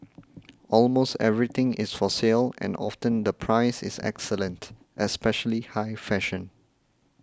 almost everything is for sale and often the price is excellent especially high fashion